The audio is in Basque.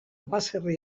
baserri